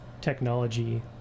technology